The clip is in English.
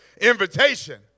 invitation